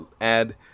add